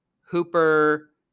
Hooper